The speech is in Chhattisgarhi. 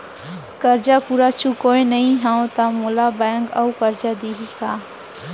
करजा पूरा चुकोय नई हव त मोला बैंक अऊ करजा दिही का?